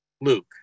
Luke